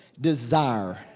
desire